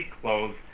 clothes